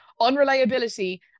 unreliability